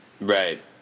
Right